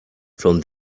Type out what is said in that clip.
from